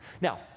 Now